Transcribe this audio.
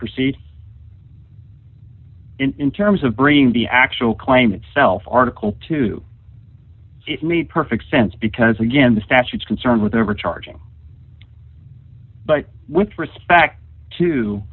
proceed in terms of bringing the actual claim itself article two it made perfect sense because again the statutes concerned with overcharging but with respect to